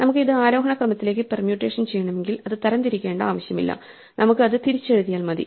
നമുക്ക് ഇത് ആരോഹണ ക്രമത്തിലേക്ക് പെർമ്യൂട്ടേഷൻ ചെയ്യണമെങ്കിൽ അത് തരംതിരിക്കേണ്ട ആവശ്യമില്ല നമുക്ക് അത് തിരിച്ചെഴുതിയാൽ മതി